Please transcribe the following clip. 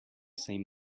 same